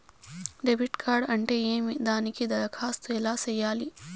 debit card అంటే ఏమి దానికి దరఖాస్తు ఎలా సేయాలి